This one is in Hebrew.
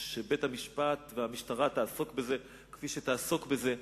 ושבית-המשפט והמשטרה יעסקו בזה כפי שיעסקו בזה.